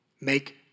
Make